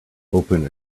open